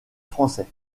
français